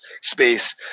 space